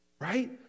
Right